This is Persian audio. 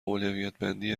اولویتبندی